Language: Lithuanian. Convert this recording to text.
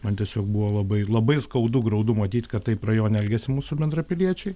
man tiesiog buvo labai labai skaudu graudu matyt kad taip rajone elgiasi mūsų bendrapiliečiai